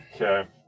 Okay